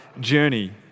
journey